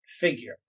figure